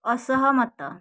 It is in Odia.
ଅସହମତ